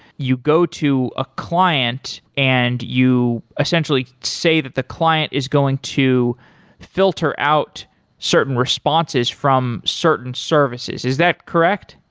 you go to a client and you essentially say that the client is going to filter out certain responses from certain services. is that correct?